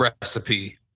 recipe